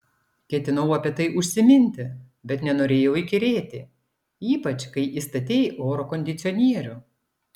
ketinau apie tai užsiminti bet nenorėjau įkyrėti ypač kai įstatei oro kondicionierių